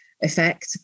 effect